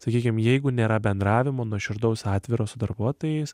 sakykim jeigu nėra bendravimo nuoširdaus atviro su darbuotojais